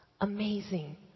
Amazing